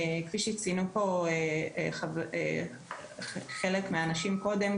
כפי שציינו פה חלק מהאנשים קודם,